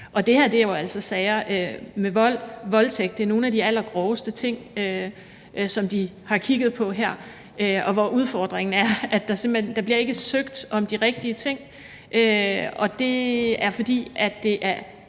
sager med vold og voldtægt. Det er nogle af de allergroveste ting, som de har kigget på her, og udfordringen er, at der simpelt hen ikke bliver søgt om de rigtige ting. Det er, fordi det er